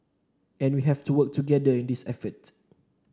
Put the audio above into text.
and we have to work together in this effort